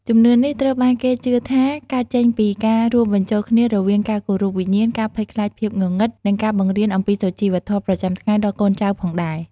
ជំនឿនេះត្រូវបានគេជឿថា កើតចេញពីការរួមបញ្ចូលគ្នារវាង ការគោរពវិញ្ញាណ ការភ័យខ្លាចភាពងងឹត និង ការបង្រៀនអំពីសុជីវធម៌ប្រចាំថ្ងៃដល់កូនចៅផងដែរ ។